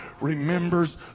remembers